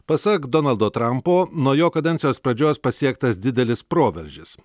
pasak donaldo trampo nuo jo kadencijos pradžios pasiektas didelis proveržis